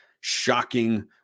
shocking